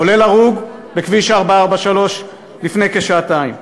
כולל הרוג בכביש 443 לפני כשעתיים.